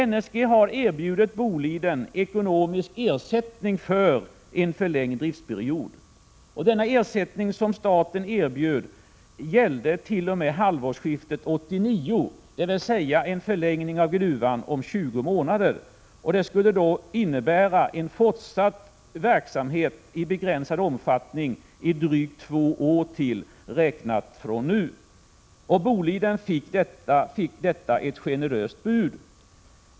NSG har erbjudit Boliden ekonomisk ersättning för en förlängd driftperiod. Den ersättning som staten erbjöd gällde t.o.m. halvårsskiftet 1989, dvs. en förlängning av arbetet i gruvan med 20 månader. Det skulle innebära en fortsatt verksamhet i begränsad omfattning i drygt två år till, räknat från nu. Boliden fick ett generöst bud.